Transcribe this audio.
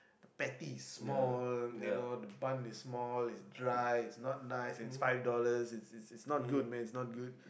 patty is small you know the bun is small is dry is not nice and it's five dollars it's it's not good man it's not good